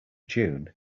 dune